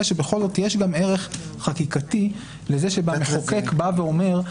אלא שבכל זאת יש גם ערך חקיקתי לזה שהמחוקק מגדיר